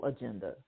agenda